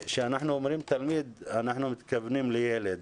כשאנחנו אומרים תלמיד, אנחנו מתכוונים לילד,